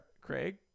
Craig